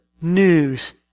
news